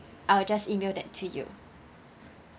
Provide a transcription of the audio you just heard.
I'll just email that to you